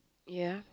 ya